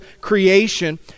creation